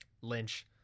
lynch